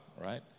right